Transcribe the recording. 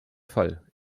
fall